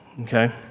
okay